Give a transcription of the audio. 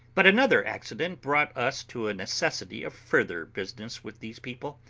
but another accident brought us to a necessity of further business with these people,